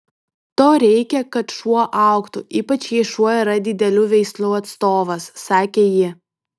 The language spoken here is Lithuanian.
to reikia kad šuo augtų ypač jei šuo yra didelių veislių atstovas sakė ji